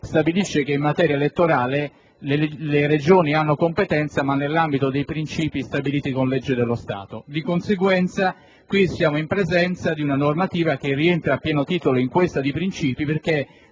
stabilisce che in materia elettorale le Regioni hanno competenza, ma nell'ambito dei princìpi stabiliti con legge dello Stato. Di conseguenza, in questo caso siamo in presenza di una normativa che rientra a pieno titolo perché